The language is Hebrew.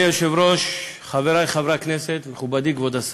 ישיש בעל מכולת בתל-אביב,